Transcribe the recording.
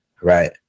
right